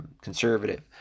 conservative